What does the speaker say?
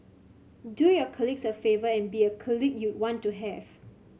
do your colleagues a favour and be a colleague you'd want to have